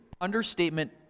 understatement